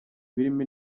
birimo